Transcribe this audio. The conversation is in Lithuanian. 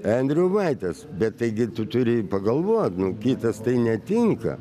endriulaitis bet taigi tu turi pagalvot nu kitas tai netinka